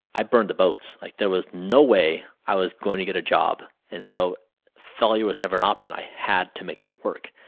i burned the boats. like there was no way i was going to get a job. and so failure was never an option. i had to make make this work.